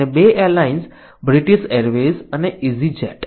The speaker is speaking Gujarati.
અને 2 એરલાઈન્સ બ્રિટિશ એરવેઝ અને ઈઝી જેટ